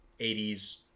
80s